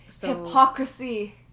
Hypocrisy